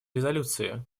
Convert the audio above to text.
резолюции